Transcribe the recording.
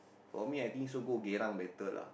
for me I think also go Geylang better lah